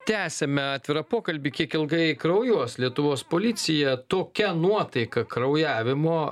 tęsiame atvirą pokalbį kiek ilgai kraujuos lietuvos policija tokia nuotaika kraujavimo